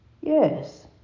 Yes